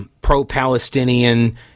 pro-Palestinian